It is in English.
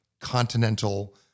continental